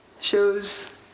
shows